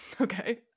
Okay